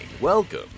Welcome